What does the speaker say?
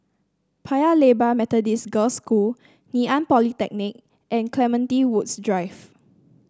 Paya Lebar Methodist Girls School Ngee Ann Polytechnic and Clementi Woods Drive